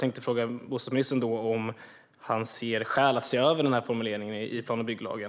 Anser bostadsministern att det finns skäl att se över formuleringen i plan och bygglagen?